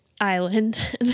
island